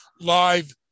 live